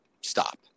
stop